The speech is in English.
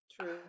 True